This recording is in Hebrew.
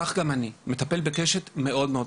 ככה גם אני, מטפל בקשת רחבה.